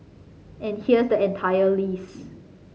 and here's the entire list